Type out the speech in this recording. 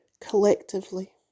collectively